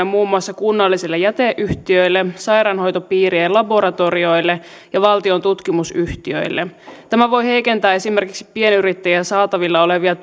muun muassa kunnallisille jäteyhtiöille sairaanhoitopiirien laboratorioille ja valtion tutkimusyhtiöille tämä voi heikentää esimerkiksi pienyrittäjien saatavilla olevia